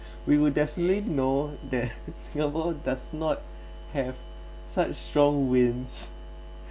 we will definitely know that singapore does not have such strong winds